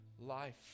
life